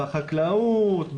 בחקלאות,